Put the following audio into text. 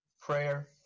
prayer